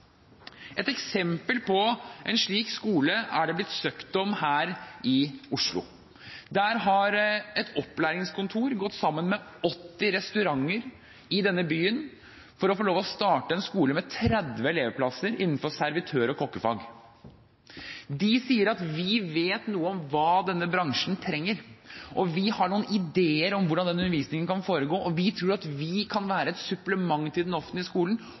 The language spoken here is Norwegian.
Et eksempel på en slik skole er det søkt om her i Oslo. Der har et opplæringskontor gått sammen med 80 restauranter i denne byen for å få lov til å starte en skole med 30 elevplasser innenfor servitør- og kokkefag. De sier: Vi vet noe om hva denne bransjen trenger, og vi har noen ideer om hvordan undervisningen kan foregå. Vi tror at vi kan være et supplement til den offentlige skolen.